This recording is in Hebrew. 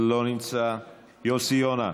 לא נמצא, יוסי יונה,